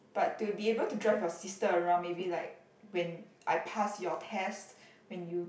but to be able to drive your sister around maybe like when I pass your test when you